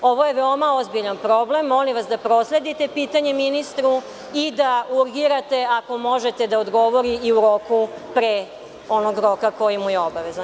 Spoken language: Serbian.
Ovo je veoma ozbiljan problem, molim vas da prosledite pitanje ministru i da urgirate ako možete da odgovori i u roku pre onog roka koji mu je obavezan.